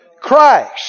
Christ